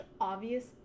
obvious